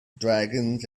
dragons